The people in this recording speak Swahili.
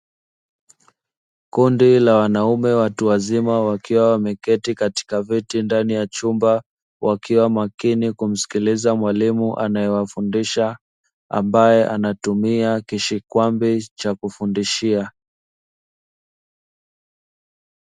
Kundi la wanaume watu wazima wakiwa wameketi katika viti ndani ya chumba, wakiwa makini kumsikiliza mwalimu anayewafundisha, ambaye anatumia kishikwambi cha kufundishia.